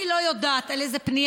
את יודעת על כמה פניות לא עונים?